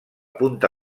punta